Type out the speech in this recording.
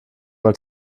mal